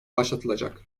başlatılacak